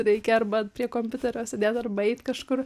reikia arba prie kompiuterio sėdėt arba eit kažkur